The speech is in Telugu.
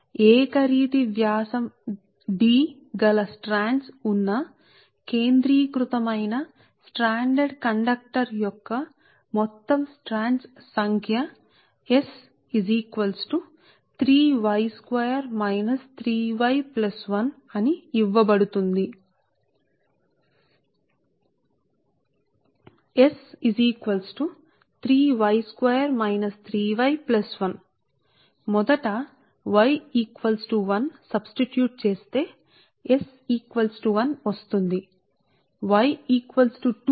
కాబట్టి బ్రాకెట్లోని మొత్తం స్ట్రాండ్స్ తంతువుల సంఖ్య ఏకీకృత కేంద్రాలతో కూడిన కండక్టర్లో ఉంటుంది ఏకరీతి వ్యాసం D యొక్క తంతువులతో నిండిన మొత్తం వార్షిక స్థలం D ఒక సూత్రం ద్వారా ఇవ్వబడుతుంది మీ పొరల సంఖ్యను మీరు ఎందుకు పిలుస్తారు అనే సూత్రం S 3 y square minus 3 y plus 1 కు సమానం